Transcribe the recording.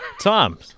Tom